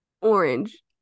orange